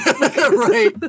Right